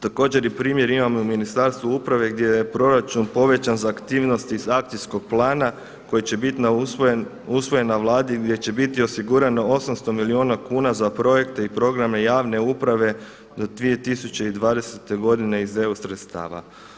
Također primjer imamo i u Ministarstvu uprave gdje je proračun povećan za aktivnosti iz akcijskog plana koji će biti usvojen na Vladi gdje će biti osigurano 800 milijuna kuna za projekte i programe javne uprave do 2020. godine iz EU sredstava.